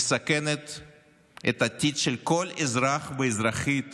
מסכן את העתיד של כל אזרח ואזרחית